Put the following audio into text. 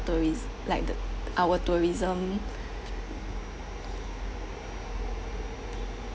tourist like the our tourism